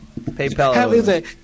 PayPal